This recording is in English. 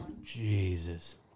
Jesus